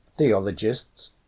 Theologists